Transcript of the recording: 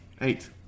Eight